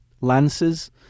lances